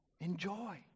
Enjoy